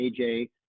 AJ